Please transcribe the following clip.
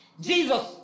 Jesus